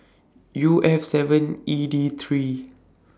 U F seven E D three